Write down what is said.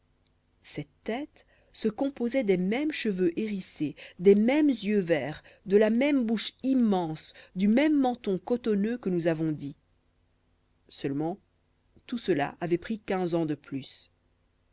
cette tête se composait des mêmes cheveux hérissés des mêmes yeux verts de la même bouche immense du même menton cotonneux que nous avons dit seulement tout cela avait pris quinze ans de plus